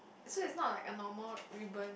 so it's not like a normal ribbon